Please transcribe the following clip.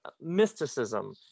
mysticism